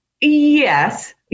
Yes